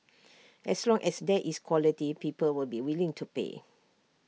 as long as there is quality people will be willing to pay